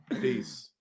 Peace